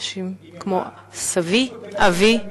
אנשים כמו סבי, אבי,